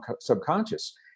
subconscious